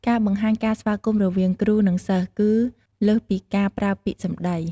ការបង្ហាញការស្វាគមន៍រវាងគ្រូ និង សិស្សគឺលើសពីការប្រើពាក្យសម្ដី។